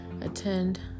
attend